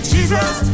Jesus